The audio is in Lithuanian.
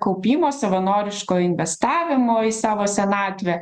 kaupimo savanoriško investavimo į savo senatvę